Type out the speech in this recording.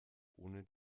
ohne